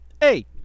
Hey